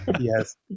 Yes